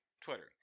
Twitter